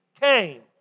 came